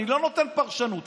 אני לא נותן פרשנות,